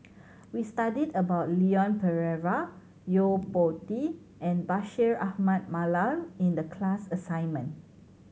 we studied about Leon Perera Yo Po Tee and Bashir Ahmad Mallal in the class assignment